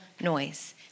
noise